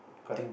correct